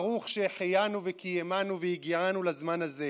ברוך שהחיינו וקיימנו והגיענו לזמן הזה.